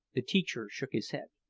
the teacher shook his head.